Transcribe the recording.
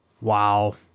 Wow